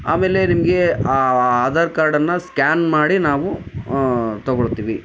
ಆಮೇಲೆ ನಿಮ್ಗೆ ಆ ಆಧಾರ್ ಕಾರ್ಡನ್ನು ಸ್ಕ್ಯಾನ್ ಮಾಡಿ ನಾವು ತೊಗೊಳ್ತೀವಿ